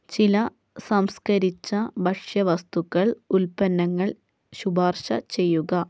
ചില സംസ്കരിച്ച ഭക്ഷ്യവസ്തുക്കൾ ഉൽപ്പന്നങ്ങൾ ശുപാർശ ചെയ്യുക